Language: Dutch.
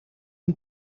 een